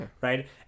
right